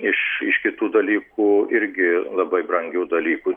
iš iš kitų dalykų irgi labai brangių dalykų